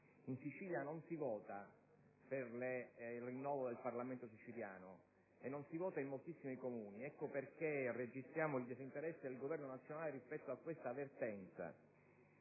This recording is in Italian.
In Sicilia non si vota per il rinnovo del Parlamento siciliano e non si vota in moltissimi Comuni: ecco perché registriamo il disinteresse del Governo nazionale rispetto a questa vertenza.